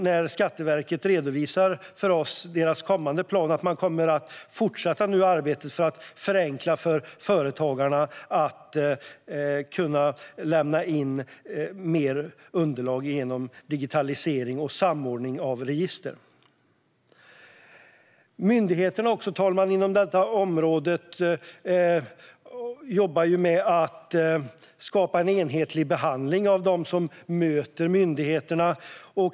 När Skatteverket redovisar sin kommande plan för utskottet upplever jag att de kommer att fortsätta arbetet med att förenkla också för företagarna när det gäller att kunna lämna in mer underlag genom digitalisering och samordning av register. Herr talman! Myndigheterna jobbar med att inom området skapa en enhetlig behandling av dem som möter dem.